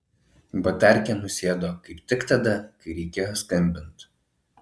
batarkė nusėdo kaip tik tada kai reikėjo skambint